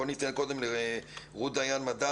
בוא ניתן לרות דיין מדר,